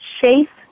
safe